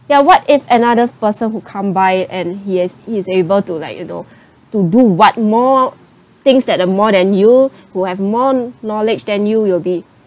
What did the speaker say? ya what if another person who come by and yes he is able to like you know to do what more things that are more than you who have more knowledge than you'll be